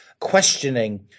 questioning